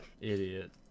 Idiot